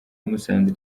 musanze